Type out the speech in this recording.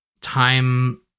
time